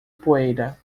poeira